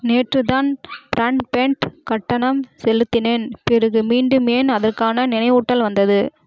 நேற்று தான் பிரான்ட்பேண்ட் கட்டணம் செலுத்தினேன் பிறகு மீண்டும் ஏன் அதற்கான நினைவூட்டல் வந்தது